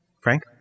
Frank